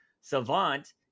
Savant